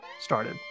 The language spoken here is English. started